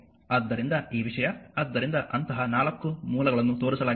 ಆದ್ದರಿಂದ ಈ ವಿಷಯ ಆದ್ದರಿಂದಅಂತಹ 4 ಮೂಲಗಳನ್ನು ತೋರಿಸಲಾಗಿದೆ